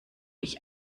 ich